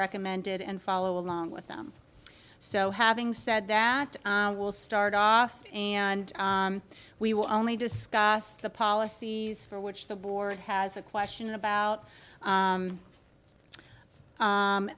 recommended and follow along with them so having said that i will start off and we will only discuss the policies for which the board has a question about